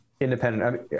independent